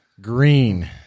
Green